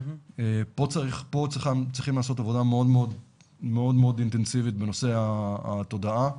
פה צריכים לעשות עבודה מאוד מאוד אינטנסיבית בנושא התודעה.